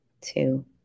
two